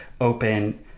open